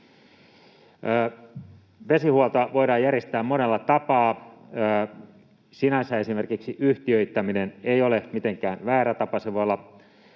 Vesihuolto voidaan järjestää monella tapaa. Sinänsä esimerkiksi yhtiöittäminen ei ole mitenkään väärä tapa,